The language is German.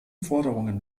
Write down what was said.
forderungen